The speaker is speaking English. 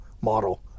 model